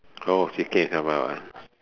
oh she came and come out ah